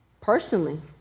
personally